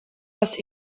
was